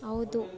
ಹೌದು